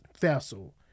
vessel